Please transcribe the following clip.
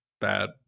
bad